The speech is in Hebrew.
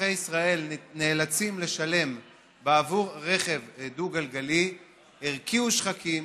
שאזרחי ישראל נאלצים לשלם בעבור רכב דו-גלגלי הרקיעו שחקים